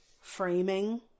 framing